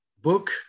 Book